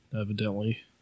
Evidently